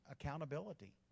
accountability